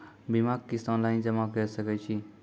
बीमाक किस्त ऑनलाइन जमा कॅ सकै छी?